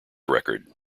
record